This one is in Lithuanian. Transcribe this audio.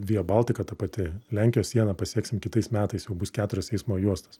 via baltika ta pati lenkijos sieną pasieksim kitais metais jau bus keturios eismo juostos